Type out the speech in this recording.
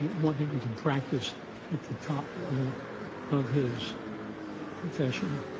wanting to practice at the top level of his profession,